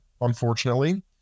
unfortunately